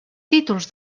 títols